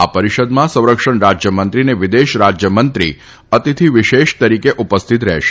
આ પરિષદમાં સંરક્ષણ રાજ્યમંત્રી અને વિદેશ રાજ્યમંત્રી અતિથિ વિશેષ તરીકે ઉપસ્થિત રહેશે